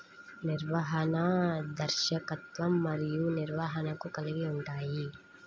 నిర్వహణ, దర్శకత్వం మరియు నిర్వహణను కలిగి ఉంటాయి